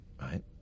right